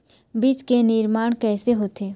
बीज के निर्माण कैसे होथे?